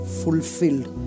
fulfilled